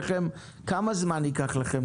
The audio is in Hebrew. כמה זמן ייקח לכם?